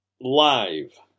live